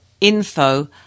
info